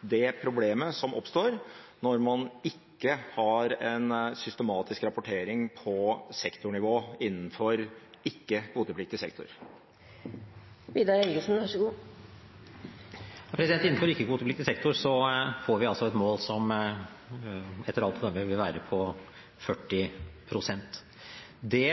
det problemet som oppstår når man ikke har en systematisk rapportering på sektornivå innenfor ikke-kvotepliktig sektor? Innenfor ikke-kvotepliktig sektor får vi et mål som etter alt å dømme vil være på 40 pst. Det